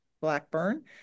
Blackburn